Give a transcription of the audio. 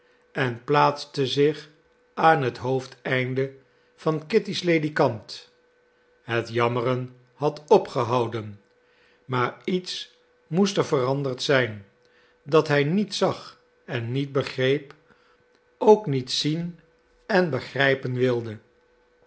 en plaatste zich aan het hoofdeinde van kitty's ledikant het jammeren had opgehouden maar iets moest er veranderd zijn dat hij niet zag en niet begreep ook niet zien en begrijpen wilde